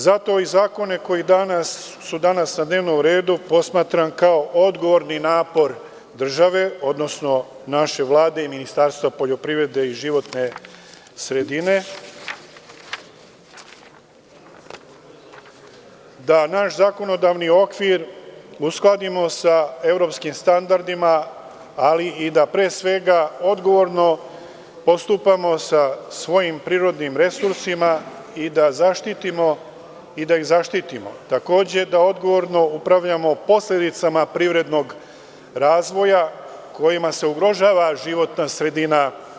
Zato i zakone koji sudanas na dnevnom redu posmatram kao odgovorni napor države, odnosno naše Vlade i Ministarstva poljoprivrede i životne sredine, da naš zakonodavni okvir uskladimo sa evropskim standardima, ali i da pre svega odgovorno postupamo sa svojim prirodnim resursima i da ih zaštitimo, takođe, da odgovorno upravljamo posledicama privrednog razvoja kojima se ugrožava životna sredina.